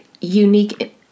unique